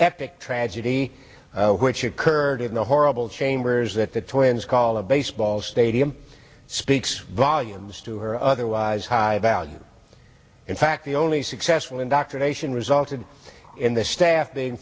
epic tragedy which occurred in the horrible chambers that the twins call a baseball stadium speaks volumes to her otherwise high value in fact the only successful indoctrination resulted in the staff being